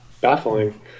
baffling